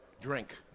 drink